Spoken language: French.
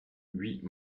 huit